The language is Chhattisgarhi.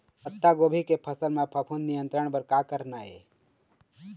पत्तागोभी के फसल म फफूंद नियंत्रण बर का करना ये?